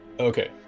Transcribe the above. Okay